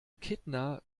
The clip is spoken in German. kittner